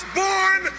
born